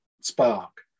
spark